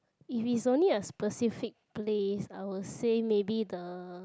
if it's only a specific place I would say maybe the